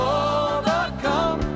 overcome